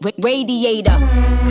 radiator